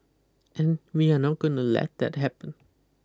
and we are not going to let that happen